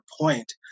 point